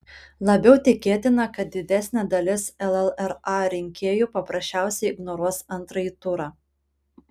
labiau tikėtina kad didesnė dalis llra rinkėjų paprasčiausiai ignoruos antrąjį turą